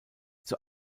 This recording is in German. zur